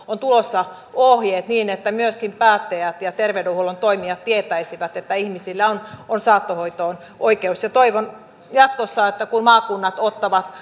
on tulossa ohjeet niin että myöskin päättäjät ja terveydenhuollon toimijat tietäisivät että ihmisillä on on saattohoitoon oikeus toivon jatkossa että kun maakunnat ottavat